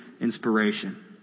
inspiration